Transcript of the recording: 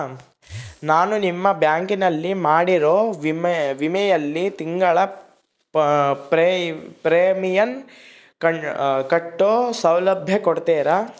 ನಾನು ನಿಮ್ಮ ಬ್ಯಾಂಕಿನಲ್ಲಿ ಮಾಡಿರೋ ವಿಮೆಯಲ್ಲಿ ತಿಂಗಳ ಪ್ರೇಮಿಯಂ ಕಟ್ಟೋ ಸೌಲಭ್ಯ ಕೊಡ್ತೇರಾ?